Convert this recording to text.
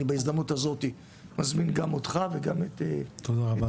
אני בהזמנות הזאתי אזמין גם אותך וגם את יצחק,